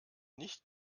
nicht